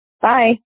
Bye